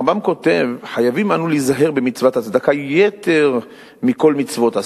הרמב"ם כותב: "חייבים אנו להיזהר במצוות הצדקה יתר מכל מצוות עשה",